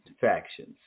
factions